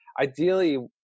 Ideally